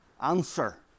answer